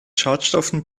schadstoffen